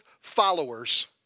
followers